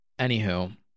Anywho